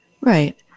Right